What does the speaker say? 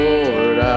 Lord